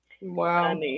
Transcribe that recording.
Wow